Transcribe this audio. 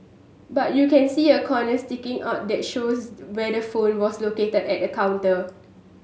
but you can see a corner sticking out that shows where the phone was located at the counter